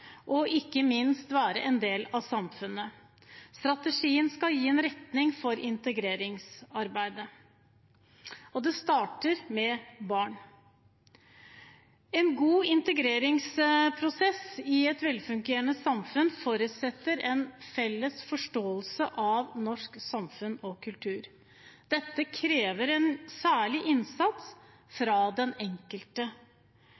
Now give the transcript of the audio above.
og ikke minst være en del av samfunnet. Strategien skal gi en retning for integreringsarbeidet. Det starter med barna. En god integreringsprosess i et velfungerende samfunn forutsetter en felles forståelse av norsk samfunn og kultur. Dette krever en særlig innsats